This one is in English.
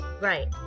Right